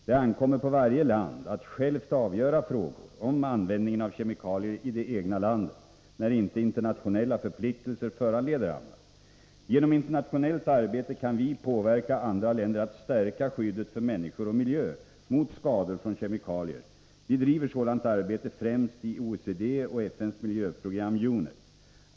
Det ankommer på varje land att självt avgöra frågor om användningen av kemikalier i det egna landet, när inte internationella förpliktelser föranleder annat. Genom internationellt arbete kan vi påverka andra länder att stärka skyddet för människor och miljö mot skador från kemikalier. Vi driver sådant arbete främst i OECD och FN:s miljöprogram UNEP.